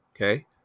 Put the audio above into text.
okay